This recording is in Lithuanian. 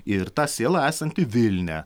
ir ta siela esanti vilnia